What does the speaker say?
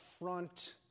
front